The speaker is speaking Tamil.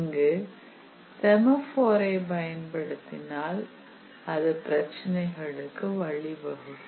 இங்கு செமபோரை பயன்படுத்தினால் பிரச்சினைகளுக்கு வழிவகுக்கும்